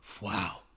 wow